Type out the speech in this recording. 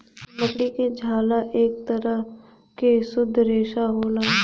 मकड़ी क झाला एक तरह के शुद्ध रेसा होला